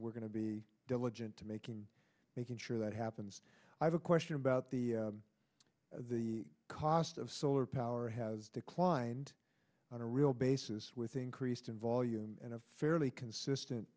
we're going to be diligent to making making sure that happens i have a question about the the cost of solar power has declined on a real basis with increased in volume and a fairly consistent